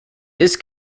this